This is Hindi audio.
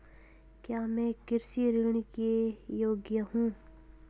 क्या मैं कृषि ऋण के योग्य हूँ?